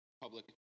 public